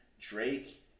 Drake